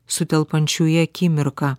sutelpančių į akimirką